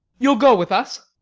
you'll go with us?